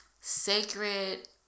Sacred